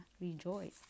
rejoice